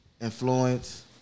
Influence